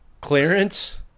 Clearance